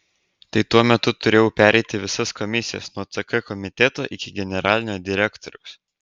tai tuo metu turėjau pereiti visas komisijas nuo ck komiteto iki generalinio direktoriaus